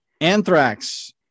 Anthrax